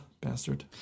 Bastard